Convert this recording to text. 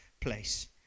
place